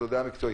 זו דעה מקצועית.